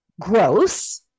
gross